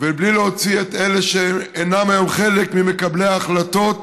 ובלי להוציא את אלה שאינם היום חלק ממקבלי ההחלטות